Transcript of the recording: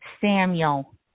Samuel